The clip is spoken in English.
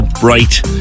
bright